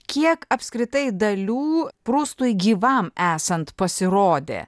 kiek apskritai dalių prustui gyvam esant pasirodė